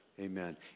Amen